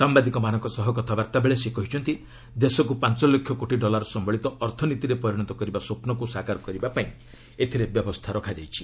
ସାମ୍ଭାଦିକମାନଙ୍କ ସହ କଥାବାର୍ତ୍ତା ବେଳେ ସେ କହିଛନ୍ତି ଦେଶକୁ ପାଞ୍ଚ ଲକ୍ଷ କୋଟି ଡଲାର ସମ୍ଭଳିତ ଅର୍ଥନୀତିରେ ପରିଣତ କରିବା ସ୍ୱପ୍କୁ ସାକାର କରିବା ପାଇଁ ଏଥିରେ ବ୍ୟବସ୍ଥା କରାଯାଇଛି